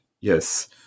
yes